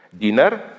dinner